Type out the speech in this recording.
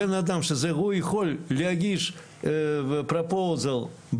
בנאדם שהוא יכול להגיש הצעה בעצמו,